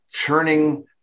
turning